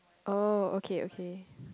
oh okay okay